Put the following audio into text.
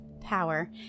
power